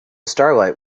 starlight